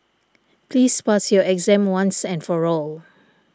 please pass your exam once and for all